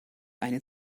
eine